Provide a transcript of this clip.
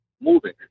moving